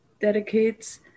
dedicates